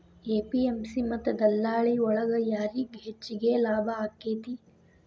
APMC ಮತ್ತ ದಲ್ಲಾಳಿ ಒಳಗ ಯಾರಿಗ್ ಹೆಚ್ಚಿಗೆ ಲಾಭ ಆಕೆತ್ತಿ?